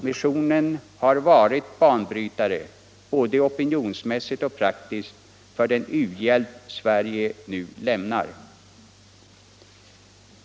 Missionen har varit banbrytare både opinionsmässigt och praktiskt för den u-hjälp Sverige nu lämnar.